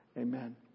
Amen